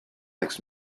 next